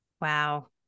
wow